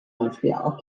montreal